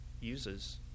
uses